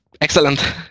excellent